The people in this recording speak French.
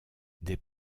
des